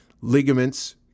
ligaments